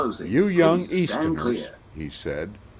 you young easterners, he said,